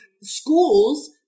schools